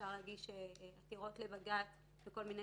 אפשר להגיש עתירות לבג"ץ בכל מיני